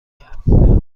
کرد